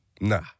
Nah